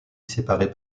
séparés